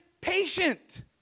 patient